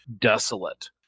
desolate